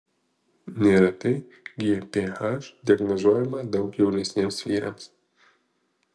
neretai gph diagnozuojama daug jaunesniems vyrams